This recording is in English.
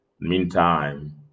Meantime